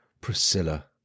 Priscilla